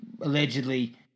allegedly